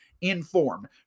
Inform